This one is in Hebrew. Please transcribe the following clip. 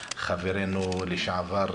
חברנו לשעבר,